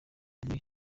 muri